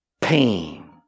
Pain